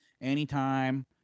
Anytime